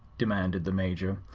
demanded the major.